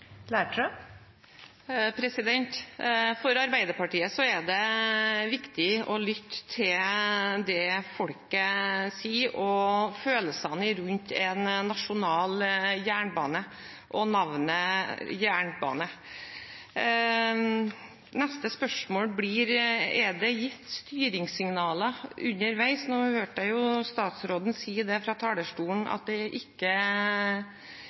For Arbeiderpartiet er det viktig å lytte til det folket sier og følelsene rundt en nasjonal jernbane og navnet på denne. Neste spørsmål blir: Er det gitt styringssignaler underveis? Nå hørte jeg statsråden si fra talerstolen at det ikke var det. Men hvordan er